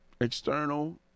external